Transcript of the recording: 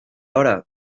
hora